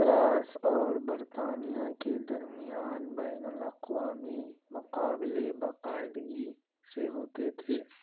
France اور برطانیہ کے درمیان بین الاقوامی مقابلے باقاعدگی سے ہوتے تھے